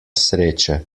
sreče